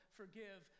forgive